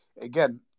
again